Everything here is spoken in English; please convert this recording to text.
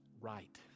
right